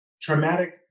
traumatic